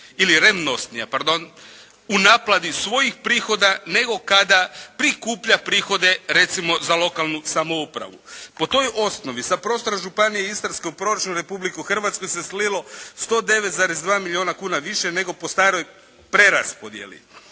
ili revnosnija, pardon u naplati svojih prihoda nego kada prikuplja prihode recimo za lokalnu samoupravu. Po toj osnovi sa prostora Županije istarske u proračun Republike Hrvatske se slilo 109,2 milijuna kuna više nego po staroj preraspodjeli